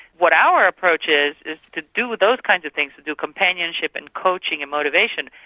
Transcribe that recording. what our approach is is to do those kinds of things, to do companionship and coaching and motivation,